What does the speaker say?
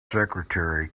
secretary